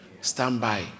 standby